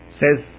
says